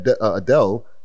Adele